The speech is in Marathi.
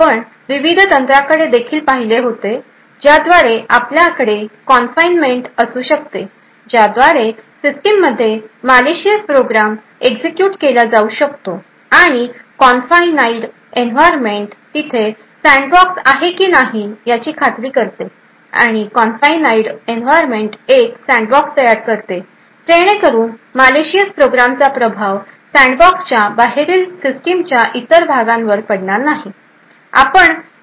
आपण विविध तंत्रांकडे देखील पाहिले आहे ज्याद्वारे आपल्याकडे कॉनफाईनमेंट असू शकते ज्याद्वारे सिस्टममध्ये मालिशियस प्रोग्राम एक्झिक्युट केला जाऊ शकतो आणि कॉनफाईनड एन्व्हायरमेंट तिथे सॅन्डबॉक्स आहे की नाही याची खात्री करते आणि कॉनफाईनड एन्व्हायरमेंट एक सँडबॉक्स तयार करते जेणेकरून मालिशियस प्रोग्रामचा प्रभाव सँडबॉक्सच्या बाहेरील सिस्टमच्या इतर भागांवर पडणार नाही